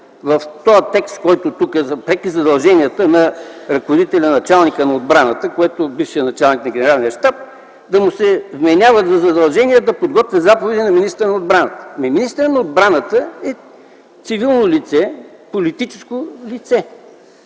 в този текст, който е за преките задължения на ръководителя, началника на отбраната, който е бившият началник на Генералния щаб, да му се вменяват задължения да подготвя заповеди на министъра на отбраната. Министърът на отбраната е цивилно лице, политическо лице.